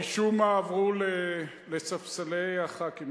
משום מה הם עברו לספסלי חברי הכנסת.